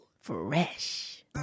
fresh